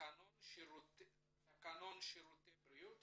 תקנון שירותי בריאות